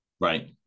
right